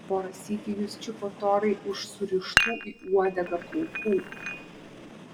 porą sykių jis čiupo torai už surištų į uodegą plaukų